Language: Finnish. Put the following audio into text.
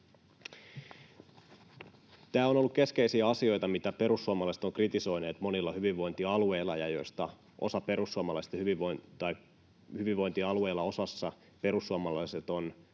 Tämä on ollut keskeisiä asioita, mitä perussuomalaiset ovat kritisoineet monilla hyvinvointialueilla, ja osalla hyvinvointialueista perussuomalaiset ovat